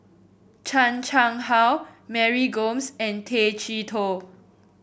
Chan Chang How Mary Gomes and Tay Chee Toh